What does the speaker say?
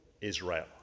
Israel